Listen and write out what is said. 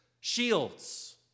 shields